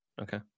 okay